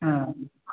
हा